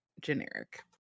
generic